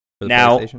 now